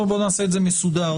נעשה את זה מסודר,